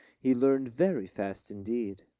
he learned very fast indeed.